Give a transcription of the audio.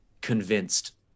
convinced